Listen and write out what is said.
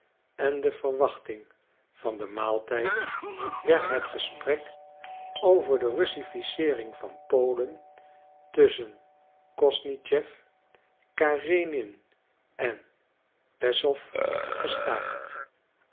en de verwachting van den maaltijd werd het gesprek over de russificeering van polen tusschen kosnischew karenin en peszow gestaakt